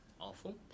Awful